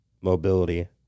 mobility